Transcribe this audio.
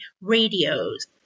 radios